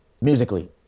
musically